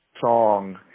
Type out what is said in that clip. song